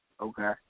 Okay